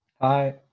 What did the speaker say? Hi